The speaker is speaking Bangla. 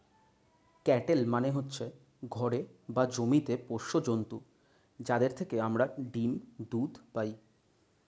ক্যাটেল মানে হচ্ছে ঘরে বা জমিতে পোষ্য জন্তু যাদের থেকে আমরা ডিম, দুধ পাই